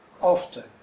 Often